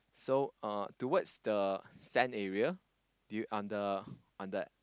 so uh towards the sand area do you on the on the